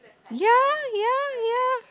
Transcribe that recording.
ya ya ya